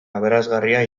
aberasgarria